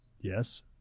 Yes